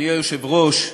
אדוני היושב-ראש,